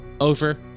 over